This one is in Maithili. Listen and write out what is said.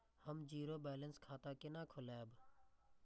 हम जीरो बैलेंस खाता केना खोलाब?